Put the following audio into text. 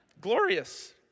glorious